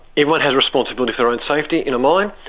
everyone has responsibility for their own safety in a mine,